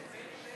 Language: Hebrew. את בני בגין.